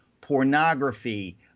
pornography